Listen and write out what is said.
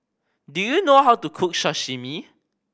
do you know how to cook Sashimi